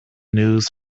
news